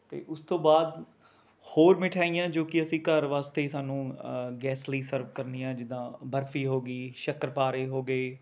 ਅਤੇ ਉਸ ਤੋਂ ਬਾਅਦ ਹੋਰ ਮਿਠਾਈਆਂ ਜੋ ਕਿ ਅਸੀਂ ਘਰ ਵਾਸਤੇ ਸਾਨੂੰ ਗੈਸਟ ਲਈ ਸਰਵ ਕਰਨੀਆਂ ਜਿੱਦਾਂ ਬਰਫੀ ਹੋ ਗਈ ਸ਼ੱਕਰਪਾਰੇ ਹੋ ਗਏ